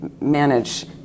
manage